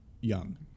young